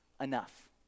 enough